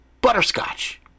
Butterscotch